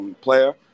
player